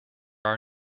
our